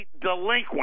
delinquent